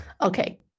Okay